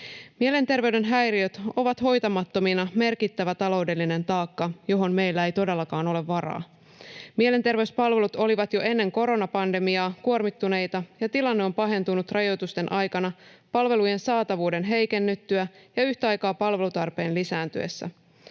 Mielenterveyden häiriöt ovat hoitamattomina merkittävä taloudellinen taakka, johon meillä ei todellakaan ole varaa. Mielenterveyspalvelut olivat jo ennen koronapandemiaa kuormittuneita, ja tilanne on pahentunut rajoitusten aikana palvelujen saatavuuden heikennyttyä ja palvelutarpeen yhtä